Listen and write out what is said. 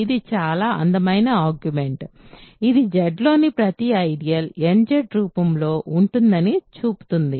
ఇది చాలా అందమైన ఆర్గ్యుమెంట్ ఇది Zలోని ప్రతి ఐడియల్ nZ రూపంలో ఉంటుందని చూపుతుంది